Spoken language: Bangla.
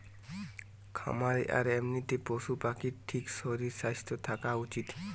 খামারে আর এমনিতে পশু পাখির ঠিক শরীর স্বাস্থ্য থাকা উচিত